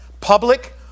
public